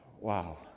wow